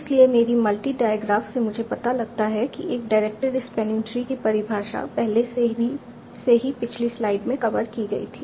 इसलिए मेरी multi digraph से मुझे पता लगता है कि एक डायरेक्टेड स्पैनिंग ट्री की परिभाषा पहले से ही पिछली स्लाइड में कवर की गई थी